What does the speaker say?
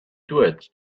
duets